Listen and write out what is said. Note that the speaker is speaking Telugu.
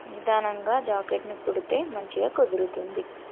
నిదానంగా జాకెట్ని కుడితే మంచిగా కుదురుతుంది